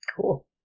cool